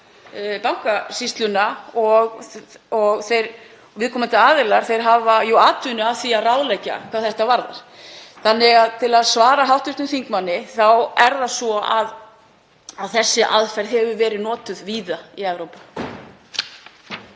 Bankasýsluna. Viðkomandi aðilar hafa jú atvinnu af því að ráðleggja hvað þetta varðar. Þannig að til að svara hv. þingmanni þá er það svo að þessi aðferð hefur verið notuð víða í Evrópu.